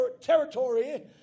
Territory